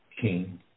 King